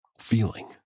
feeling